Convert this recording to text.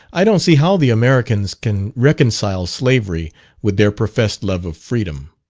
i don't see how the americans can reconcile slavery with their professed love of freedom.